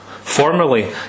Formerly